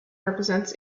represents